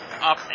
Up